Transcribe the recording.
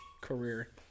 career